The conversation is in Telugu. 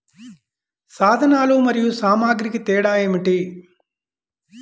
సాధనాలు మరియు సామాగ్రికి తేడా ఏమిటి?